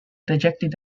rejecting